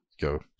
go